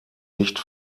nicht